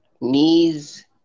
knees